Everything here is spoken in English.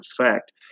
effect